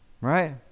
Right